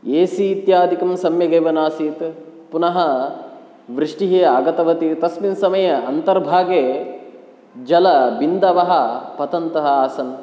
ए C इत्यादिकं सम्यगेव न आसीत् पुनः वृष्टिः अगतमिति तस्मिन् समये अन्तर्भागे जलबिन्दवः पतन्तः आसन्